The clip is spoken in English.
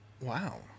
Wow